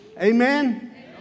Amen